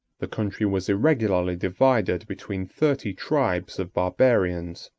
the country was irregularly divided between thirty tribes of barbarians,